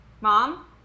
Mom